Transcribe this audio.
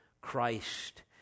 Christ